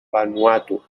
vanuatu